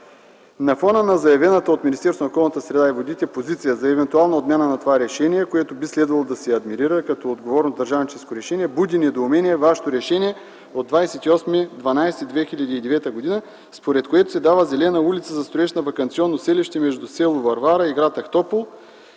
На фона на заявената от Министерството на околната среда и водите позиция за евентуална отмяна на това решение, което би следвало да се адмирира като отговорно държавническо решение, буди недоумение Вашето решение от 28 декември 2009 г., според което се дава зелена улица за строеж на Ваканционно селище между с. Варвара и гр. Ахтопол